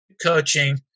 coaching